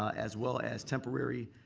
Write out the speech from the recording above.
as well as temporary.